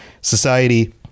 Society